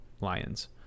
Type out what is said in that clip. lions